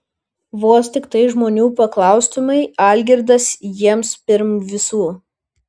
vos tiktai žmonių paklaustumei algirdas jiems pirm visų